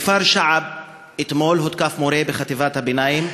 בכפר שעב הותקף אתמול מורה בחטיבת הביניים,